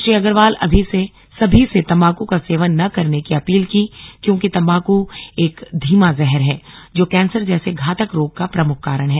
श्री अग्रवाल सभी से तंबाकू का सेवन न करने की अपील की क्योंकि तंबाकू एक धीमा जहर है जो कैंसर जैसे घातक रोग का प्रमुख कारण है